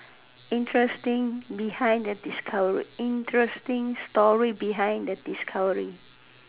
interesting behind the discovery interesting story behind the discovery